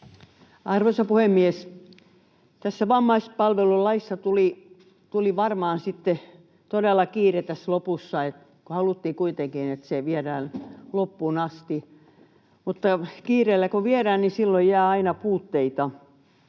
Arvoisa puhemies! Tässä vammaispalvelulaissa tuli varmaan sitten todella kiire tässä lopussa. Haluttiin kuitenkin, että se viedään loppuun asti, mutta kun kiireellä viedään, niin silloin jää aina puutteita.